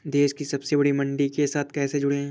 देश की सबसे बड़ी मंडी के साथ कैसे जुड़ें?